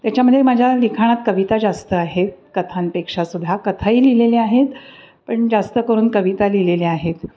त्याच्यामध्ये माझ्या लिखाणात कविता जास्त आहेत कथांपेक्षा सुद्धा कथाही लिहिलेल्या आहेत पण जास्त करून कविता लिहिलेल्या आहेत